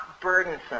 burdensome